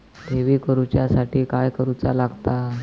ठेवी करूच्या साठी काय करूचा लागता?